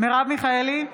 מרב מיכאלי,